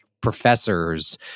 professors